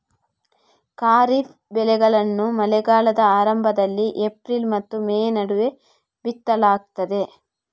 ಖಾರಿಫ್ ಬೆಳೆಗಳನ್ನು ಮಳೆಗಾಲದ ಆರಂಭದಲ್ಲಿ ಏಪ್ರಿಲ್ ಮತ್ತು ಮೇ ನಡುವೆ ಬಿತ್ತಲಾಗ್ತದೆ